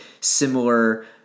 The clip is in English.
similar